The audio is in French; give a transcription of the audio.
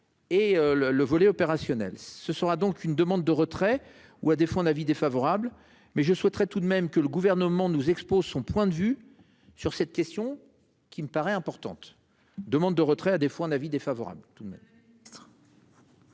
le le volet opérationnel ce sera donc une demande de retrait ou à défaut un avis défavorable mais je souhaiterais tout de même que le gouvernement nous expose son point de vue sur cette question qui me paraît importante demande de retrait à des fois un avis défavorable